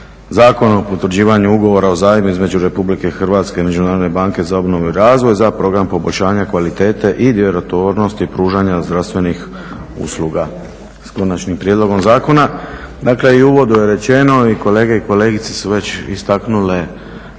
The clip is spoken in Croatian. Zakon o potvrđivanju Ugovora o zajmu između Republike Hrvatske i Međunarodne banke za obnovu i razvoj za program poboljšanja kvalitete i djelotvornosti pružanja zdravstvenih usluga s Konačnim prijedlogom Zakona. Dakle i u uvodu je rečeno i kolege i kolegice su već istaknuli